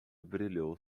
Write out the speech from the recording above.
brilhou